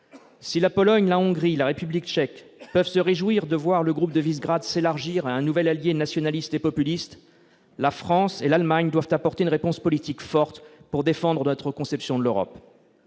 Si la Pologne, la Hongrie, la République tchèque peuvent se réjouir de voir le groupe de Višegrad s'élargir à un nouvel allié nationaliste et populiste, la France et l'Allemagne doivent apporter une réponse politique forte pour défendre leur conception de l'Europe.